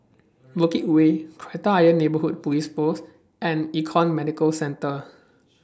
Bukit Way Kreta Ayer Neighbourhood Police Post and Econ Medicare Centre